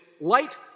light